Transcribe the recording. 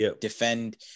defend